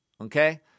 Okay